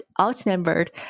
outnumbered